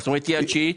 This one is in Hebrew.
היא תהיה השמינית.